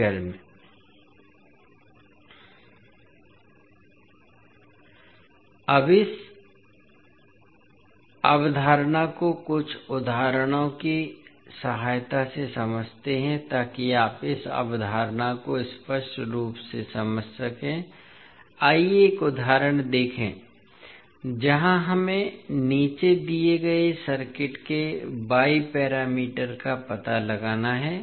अब हम इस अवधारणा को कुछ उदाहरणों की सहायता से समझते हैं ताकि आप इस अवधारणा को स्पष्ट रूप से समझ सकें आइए एक उदाहरण देखें जहां हमें नीचे दिए गए सर्किट के y पैरामीटर का पता लगाना है